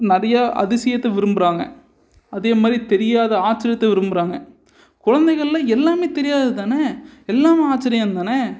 நிறைய அதிசியத்தை விரும்புகிறாங்க அதே மாதிரி தெரியாத ஆச்சரியத்தை விரும்புகிறாங்க குழந்தைகள்லாம் எல்லாமே தெரியாது தானே எல்லாமும் ஆச்சரியம் தானே